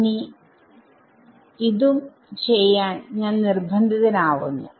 ഇനി ചെയ്യാൻ ഞാൻ നിർബന്ധിതൻ ആവുന്നു